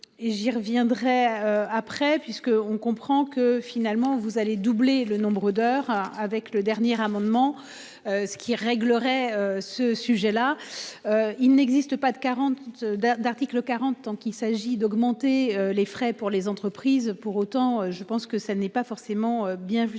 j'y reviendrai après puisque. On comprend que finalement vous allez doubler le nombre d'heures avec le dernier amendement. Ce qui réglerait ce sujet-là. Il n'existe pas de 40 d'd'article 40 ans qu'il s'agit d'augmenter les frais pour les entreprises. Pour autant, je pense que ça n'est pas forcément bienvenue